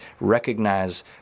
recognize